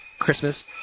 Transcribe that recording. Christmas